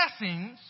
blessings